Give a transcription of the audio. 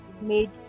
made